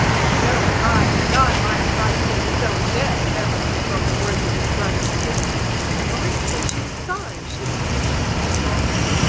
but joe cried that god might strike him stone dead if ever he spoke a word to his brother again and maria said she was sorry she had mentioned the matter.